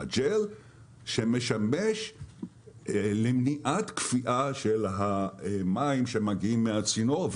שמשמש למניעת קפיאה של המים שמגיעים מהצינור,